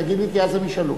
תגיד לי, כי אז הם ישאלו.